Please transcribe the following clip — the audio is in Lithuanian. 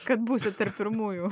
kad būsit tarp pirmųjų